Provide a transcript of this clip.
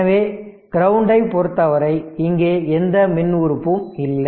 எனவே கிரவுண்டை பொறுத்தவரை இங்கே எந்த மின் உறுப்பும் இல்லை